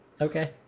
Okay